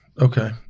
Okay